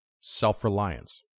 self-reliance